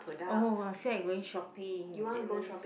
oh I feel like going shopping Agnes